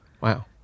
wow